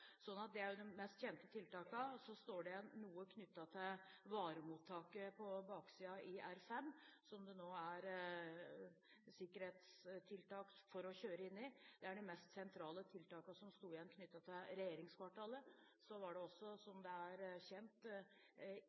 Det er de mest kjente tiltakene. Så står det igjen noe knyttet til varemottaket på baksiden i R5, der det nå er sikkerhetstiltak for å kjøre inn. Det er de mest sentrale tiltakene som sto igjen knyttet til regjeringskvartalet. Så var heller ikke, som kjent, det